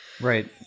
Right